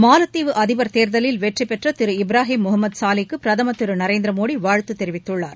மாலத்தீவு அதிபர் தேர்தலில் வெற்றி பெற்ற திரு இப்ராஹிம் முகமத் சாலிஹிற்கு பிரதமர் நரேந்திரமோடி வாழ்த்து தெரிவித்துள்ளார்